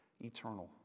eternal